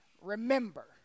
remember